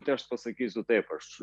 tai aš pasakysiu taip aš